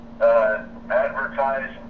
advertise